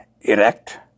erect